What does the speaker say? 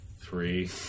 three